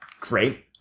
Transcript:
great